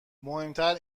مهمتر